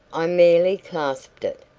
i merely clasped it.